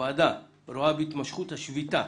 הוועדה רואה בהתמשכות השביתה